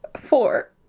Four